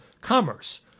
Commerce